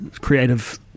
creative